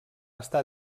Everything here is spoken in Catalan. està